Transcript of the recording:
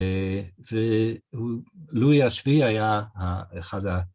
‫ולואי השביעי היה אחד ה...